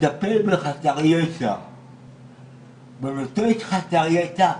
מטפל בחסר ישע ונוטש חסר ישע,